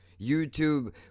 YouTube